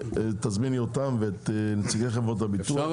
תזמיני אותם ואת נציגי חברות הביטוח לישיבה פנימית.